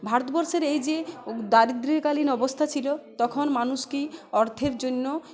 ভারতবর্ষের এই যে দারিদ্রকালীন অবস্থা ছিলো তখন মানুষ কি অর্থের জন্য